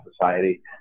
society